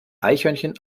eichhörnchen